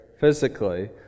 physically